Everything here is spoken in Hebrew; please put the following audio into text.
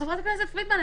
אז חברת הכנסת פרידמן,